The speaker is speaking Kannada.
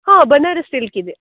ಹಾಂ ಬನಾರಸ್ ಸಿಲ್ಕ್ ಇದೆ